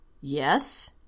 yes